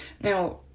Now